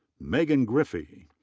megan griffey.